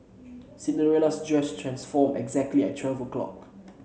Cinderella's dress transformed exactly at twelve o'clock